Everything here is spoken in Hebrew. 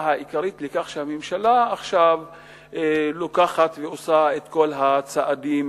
העיקרית לכך שהממשלה עכשיו לוקחת ועושה את כל הצעדים